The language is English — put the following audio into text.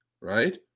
right